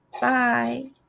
bye